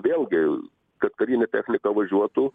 vėlgi kad karinė technika važiuotų